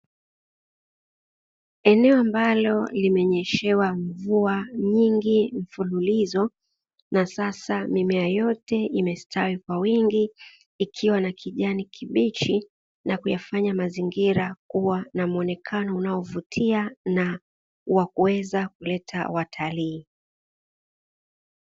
Eneo ambalo limenyeshewa mvua nyingi mfululizo na sasa mimea yote imestawi kwa wingi ikiwa na kijani kibichi, na kuyafanya mazingira kuwa na muonekano unaovutia na wa kuweza kuleta watalii.